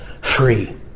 free